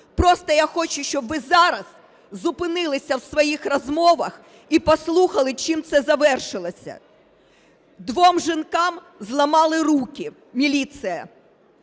Просто я хочу, щоб ви зараз зупинилися в своїх розмовах і послухали, чим це завершилось. Двом жінкам зламали руки, міліція,